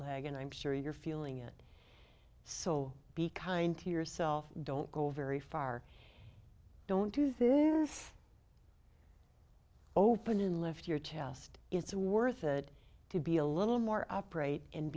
leg and i'm sure you're feeling it so be kind to yourself don't go very far don't you think open and lift your chest it's worth it to be a little more upright and